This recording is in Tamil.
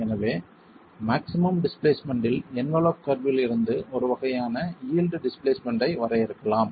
எனவே மாக்ஸிமம் டிஸ்பிளேஸ்மென்ட் இல் என்வலப் கர்வில் இருந்து ஒரு வகையான யீல்டு டிஸ்பிளேஸ்மென்ட் ஐ வரையறுக்கலாம்